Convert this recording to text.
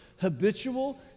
habitual